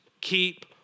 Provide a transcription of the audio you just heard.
keep